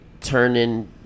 turning